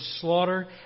slaughter